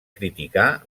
criticar